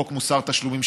חוק מוסר תשלומים,